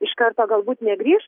iš karto galbūt negrįš